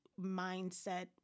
mindset